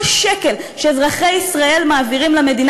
כל שקל שאזרחי ישראל מעבירים למדינה